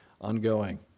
ongoing